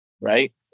right